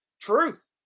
Truth